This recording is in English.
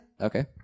Okay